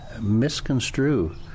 misconstrue